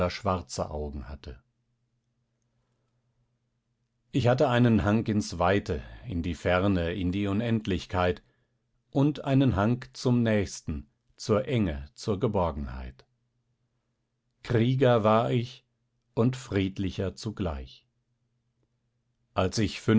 schwarze augen hatte ich hatte einen hang ins weite in die ferne in die unendlichkeit und einen hang zum nächsten zur enge zur geborgenheit krieger war ich und friedlicher zugleich als ich